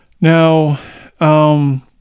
now